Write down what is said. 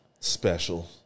special